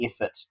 effort